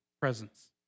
presence